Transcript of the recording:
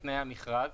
המכרז,